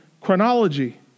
chronology